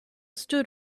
stood